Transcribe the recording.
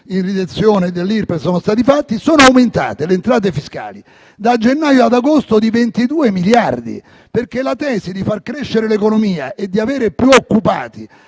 in riduzione dell'Irpef sono stati fatti), sono aumentate, da gennaio ad agosto, di 22 miliardi. Infatti, la tesi di far crescere l'economia e di avere più occupati,